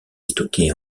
stocker